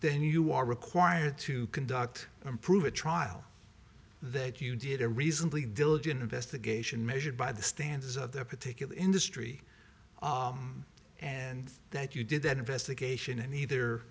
then you are required to conduct improve a trial that you did a reasonably diligent investigation measured by the standards of the particular industry and that you did an investigation and either